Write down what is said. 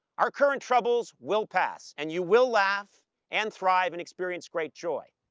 our current troubles will pass, and you will laugh and thrive and experience great joy.